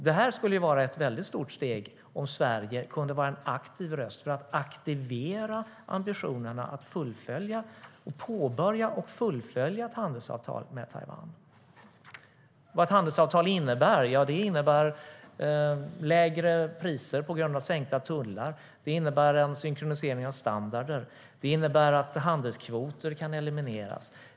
Det skulle vara ett stort steg om Sverige kunde vara en stark röst för att aktivera ambitionerna att påbörja och fullfölja ett handelsavtal med Taiwan. Ett handelsavtal innebär lägre priser i och med sänkta tullar, synkronisering av standarder och eliminering av handelskvoter.